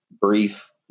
brief